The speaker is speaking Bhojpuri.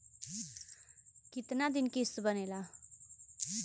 कितना दिन किस्त बनेला?